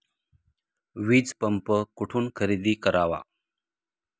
वीजपंप कुठून खरेदी करावा?